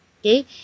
okay